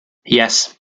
yes